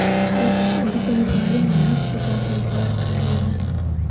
छोट छोट व्यापारी इहा खुदरा व्यापार करेलन